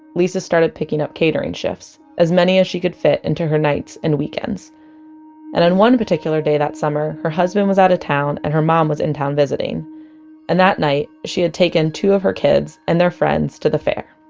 lisa started picking up catering shifts, as many as she could fit into her nights and weekends and on one particular day that summer, her husband was out of ah town, and her mom was in town visiting and that night, she had taken two of her kids and their friends to the fair